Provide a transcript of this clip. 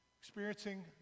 experiencing